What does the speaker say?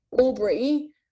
Aubrey